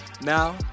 Now